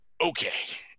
okay